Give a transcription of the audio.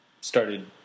started